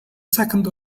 second